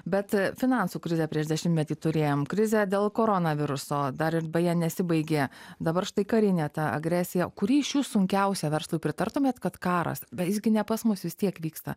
bet finansų krizę prieš dešimtmetį turėjom krizę dėl koronaviruso dar ir beje nesibaigė dabar štai karinė ta agresija kuri iš jų sunkiausia verslui pritartumėt kad karas bet jis gi ne pas mus vis tiek vyksta